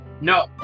No